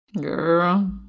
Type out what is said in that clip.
Girl